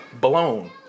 blown